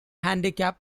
handicap